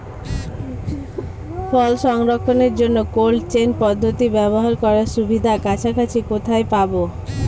ফল সংরক্ষণের জন্য cold chain পদ্ধতি ব্যবহার করার সুবিধা কাছাকাছি কোথায় পাবো?